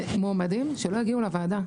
מועמדים שלא הגיעו לוועדה,